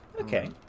Okay